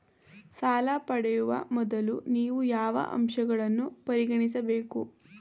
ಸಾಲ ಪಡೆಯುವ ಮೊದಲು ನೀವು ಯಾವ ಅಂಶಗಳನ್ನು ಪರಿಗಣಿಸಬೇಕು?